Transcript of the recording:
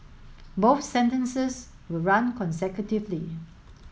both sentences will run consecutively